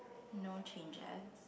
no changes